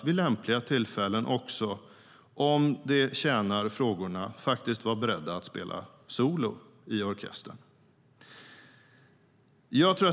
Vid lämpliga tillfällen ska vi vara beredda att spela solo i orkestern om det tjänar frågorna.